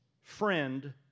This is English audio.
friend